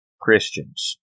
Christians